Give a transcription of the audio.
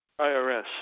IRS